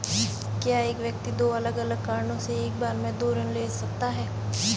क्या एक व्यक्ति दो अलग अलग कारणों से एक बार में दो ऋण ले सकता है?